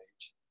age